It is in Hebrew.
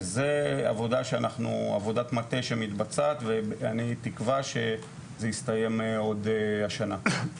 וזו עבודת מטה שמתבצעת ואני תקווה שזה יסתיים עוד השנה.